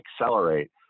accelerate